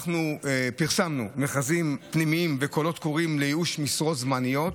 אנחנו פרסמנו מכרזים פנימיים וקולות קוראים לאיוש משרות זמניות